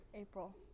April